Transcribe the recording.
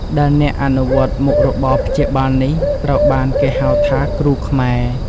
អ្នកដែលអនុវត្តមុខរបរព្យាបាលនេះ ត្រូវបានគេហៅថា "គ្រូខ្មែរ"។